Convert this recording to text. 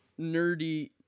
nerdy